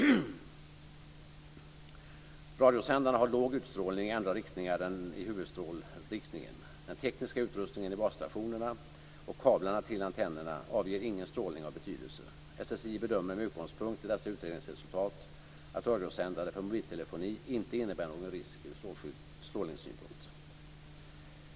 Radiosändarna har låg utstrålning i andra riktningar än i huvudstrålriktningen. Den tekniska utrustningen i basstationerna och kablarna till antennerna avger ingen strålning av betydelse. SSI bedömer med utgångspunkt i dessa utredningsresultat att radiosändare för mobiltelefoni inte innebär någon risk ur strålningssynpunkt.